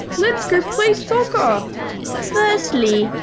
let's go play soccer firstly,